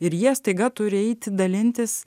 ir jie staiga turi eiti dalintis